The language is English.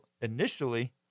initially